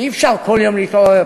אי-אפשר כל יום להתעורר,